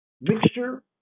mixture